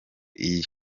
iyi